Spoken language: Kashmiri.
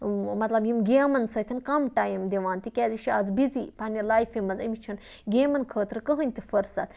مطلب یِم گیمَن سۭتۍ کَم ٹایم دِوان تِکیٛازِ یہِ چھِ اَز بِزی پنٛنہِ لایفہِ منٛز أمِس چھِنہٕ گیمَن خٲطرٕ کٕہٕنۍ تہِ فٕرصت